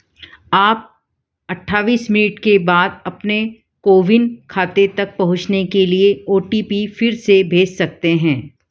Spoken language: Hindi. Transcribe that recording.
आप अट्ठाईस मिनट के बाद अपने कोविन खाते तक पहुँचने के लिए ओ टी पी फिर से भेज सकते हैं